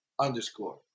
Underscore